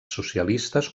socialistes